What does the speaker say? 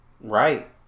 Right